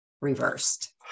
reversed